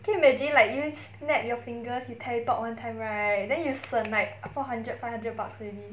can you imagine like you snap your fingers you teleport one time right then you 省 like four hundred five hundred bucks already